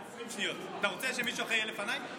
בשנת 2022 היו 7,589 אירועי יידוי אבנים.